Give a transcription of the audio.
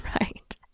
Right